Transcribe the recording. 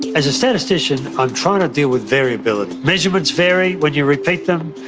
as a statistician i'm trying to deal with variability. measurements vary when you repeat them,